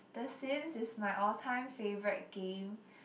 the Sims is my all time favourite game